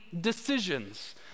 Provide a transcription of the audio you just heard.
decisions